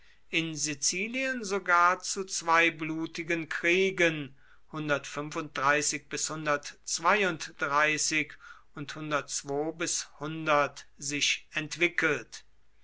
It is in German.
in sizilien sogar zu zwei blutigen kriegen und bis sich entwickelt